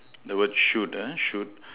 the word shoot uh shoot